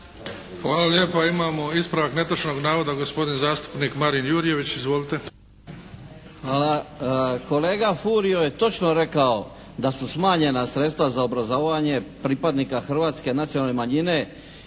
Hvala lijepa. Imamo ispravak netočnog navoda gospodin zastupnik Marin Jurjević. Izvolite. **Radin, Furio (Nezavisni)** Hvala. Kolega Furio je točno rekao da su smanjena sredstva za obrazovanje pripadnika hrvatske nacionalne manjine